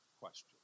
question